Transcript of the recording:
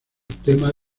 tema